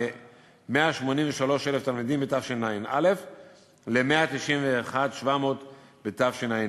מ-183,000 תלמידים בתשע"א ל-191,700 בתשע"ה.